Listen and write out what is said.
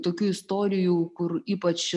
tokių istorijų kur ypač